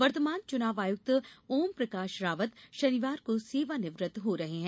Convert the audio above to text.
वर्तमान मुख्य चुनाव आयुक्त ओम प्रकाश रावत शनिवार को सेवानिवृत्त हो रहे हैं